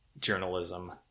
Journalism